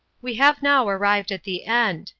we have now arrived at the end.